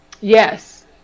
Yes